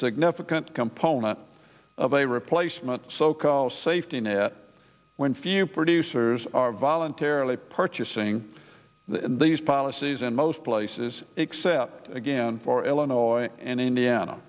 significant component of a replacement so called safety net when few producers are voluntarily purchasing these policies in most places except again for illinois and indiana